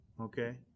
okay